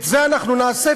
את זה אנחנו נעשה,